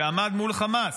שעמד מול חמאס,